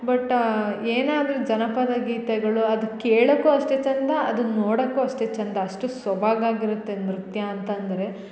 but ಏನಾದರು ಜನಪದ ಗೀತೆಗಳು ಅದು ಕೇಳಕು ಅಷ್ಟೆ ಚಂದ ಅನ್ನ ನೋಡಕು ಅಷ್ಟೇ ಚಂದ ಅಷ್ಟು ಸೊಬಗಾಗಿರುತ್ತೆ ನೃತ್ಯ ಅಂತಂದರೆ